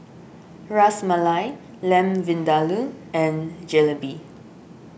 Ras Malai Lamb Vindaloo and Jalebi